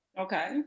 Okay